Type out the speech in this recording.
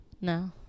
No